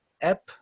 app